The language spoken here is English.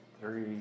three